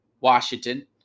Washington